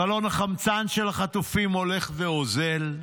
חלון החמצן של החטופים הולך ואוזל,